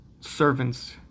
servants